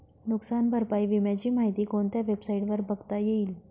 नुकसान भरपाई विम्याची माहिती कोणत्या वेबसाईटवर बघता येईल?